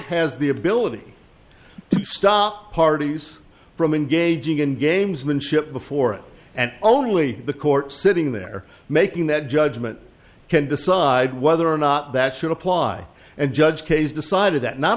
has the ability to stop parties from engaging in gamesmanship before it and only the court sitting there making that judgment can decide whether or not that should apply and judge case decided